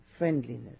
Friendliness